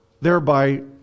thereby